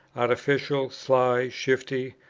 artificial, sly, shifty,